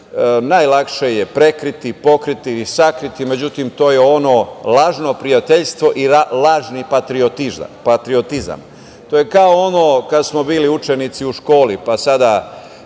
Najlakše je prekriti, pokriti i sakriti, međutim, to je ono lažno prijateljstvo i lažni patriotizam. To je kao kad smo bili učenici u školi, pa sada